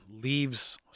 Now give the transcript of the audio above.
leaves